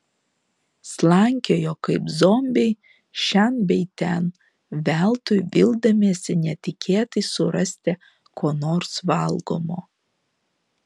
slankiojo kaip zombiai šen bei ten veltui vildamiesi netikėtai surasti ko nors valgomo